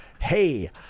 Hey